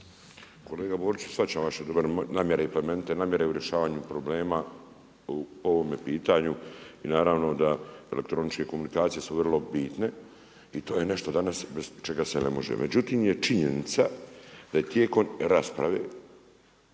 Kolega Boriću shvaćam vaše dobre namjere i plemenite namjere u rješavanju problema u ovome pitanju i naravno da elektroničke komunikacije su vrlo bitne i to je nešto danas bez čega se ne može. Međutim je činjenica da je tijekom rasprave